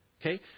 Okay